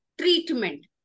treatment